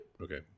Okay